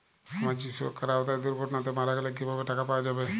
সামাজিক সুরক্ষার আওতায় দুর্ঘটনাতে মারা গেলে কিভাবে টাকা পাওয়া যাবে?